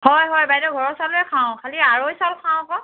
হয় হয় বাইদেউ ঘৰৰ চাউলে খাওঁ খালী আৰৈ চাউল খাওঁ আকৌ